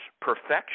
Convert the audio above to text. perfection